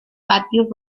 patios